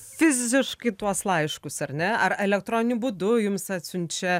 fiziškai tuos laiškus ar ne ar elektroniniu būdu jums atsiunčia